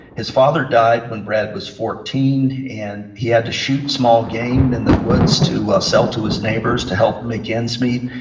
his father died when brad was fourteen. and he had to shoot small game in the woods to sell to his neighbors to help make ends meet.